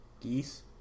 geese